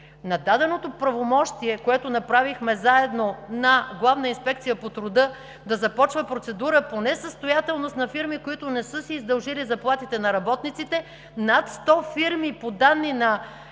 на даденото правомощие, което направихме заедно, на Главната инспекция по труда да започва процедура по несъстоятелност на фирми, които не са си издължили заплатите на работниците, над 100 фирми, по данни на